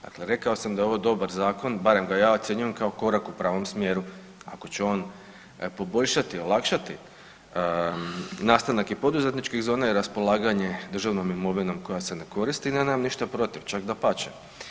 Dakle, rekao sam da je ovo dobar zakon, barem ga ja ocjenjujem kao korak u pravom smjeru ako će on poboljšati, olakšati nastanak i poduzetničkih zona i raspolaganje državnom imovinom koja se ne koristi ja nemam ništa protiv čak dapače.